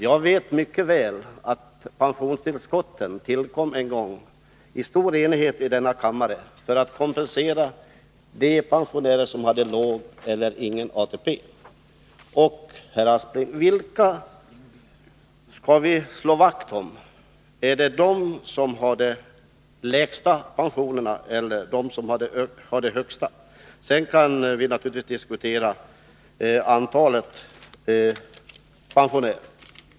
Jag vet mycket väl att pensionstillskotten tillkom en gång i stor enighet i denna kammare för att kompensera de pensionärer som hade låg eller ingen ATP. Herr Aspling! Vilka skall vi slå vakt om, är det de som har de lägsta pensionerna eller de som har de högsta? Vi kan naturligtvis också diskutera antalet pensionärer.